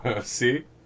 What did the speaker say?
See